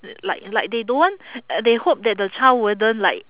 like like they don't want they hope that the child wouldn't like